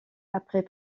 après